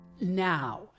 Now